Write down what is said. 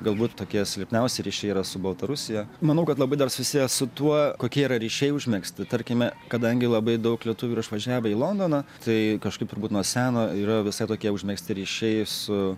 galbūt tokie silpniausi ryšiai yra su baltarusija manau kad labai dar susiję su tuo kokie yra ryšiai užmegzti tarkime kadangi labai daug lietuvių yra išvažiavę į londoną tai kažkaip turbūt nuo seno yra visai tokie užmegzti ryšiai su